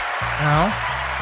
now